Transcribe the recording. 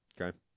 Okay